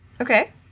okay